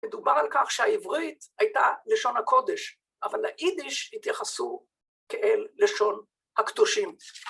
‫מדובר על כך שהעברית הייתה ‫לשון הקודש, ‫אבל ליידיש התייחסו ‫כאל לשון הקדושים.